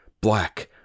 black